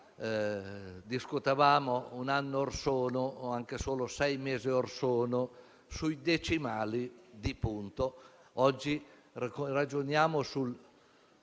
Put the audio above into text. Discutevamo un anno fa, o anche solo sei mesi or sono, sui decimali di punto;